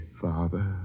father